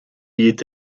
est